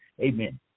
amen